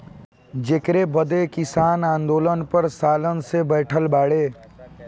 जेकरे बदे किसान आन्दोलन पर सालन से बैठल बाड़े